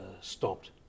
stopped